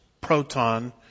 proton